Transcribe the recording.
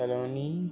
Saloni